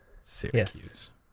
Syracuse